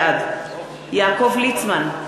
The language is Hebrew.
בעד יעקב ליצמן,